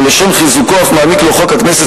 ולשם חיזוקו אף מעניק לו חוק הכנסת